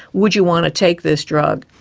would you want to take this drug?